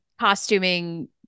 costuming